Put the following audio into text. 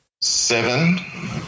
seven